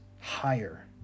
higher